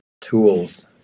tools